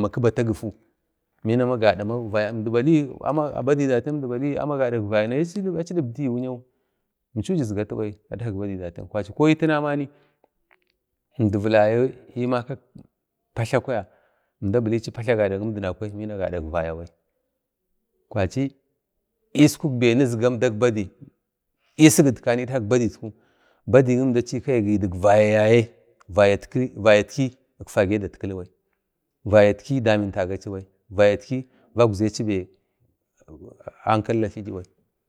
ma ki bata gifu bina ma gadak vaya mdi bali wu'ya ma gadak vaya ai achi dibdi wu'yawu imchau jizgatu bai adkak badai datiya kwachi har itana mani əmdi vila makak patla kwaya mda bilachi patla gadak əmdinakwai bina gadak vaya bai kwachi iskuk be nizga əmdak badai isigitkanai idkak badaitku badai gi dik vaya yaye vatjatk itfage datkilibai vayatki vagzauchi be ankalili a tlibai.